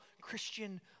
Christian